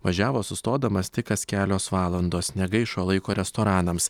važiavo sustodamas tik kas kelios valandos negaišo laiko restoranams